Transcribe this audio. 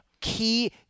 key